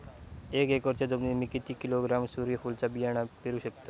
एक एकरच्या जमिनीत मी किती किलोग्रॅम सूर्यफुलचा बियाणा पेरु शकतय?